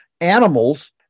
animals